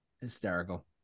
Hysterical